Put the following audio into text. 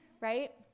Right